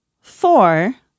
four